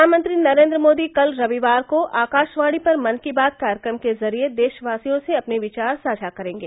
प्रधानमंत्री नरेन्द्र मोदी कल रविवार को आकाशवाणी पर मन की बात कार्यक्रम के जरिये देशवासियों से अपने विचार साझा करेंगे